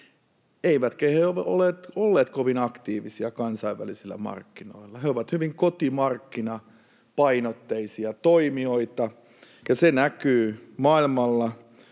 eivätkä ne ole olleet kovin aktiivisia kansainvälisillä markkinoilla. Ne ovat hyvin kotimarkkinapainotteisia toimijoita, ja se näkyy maailmalla.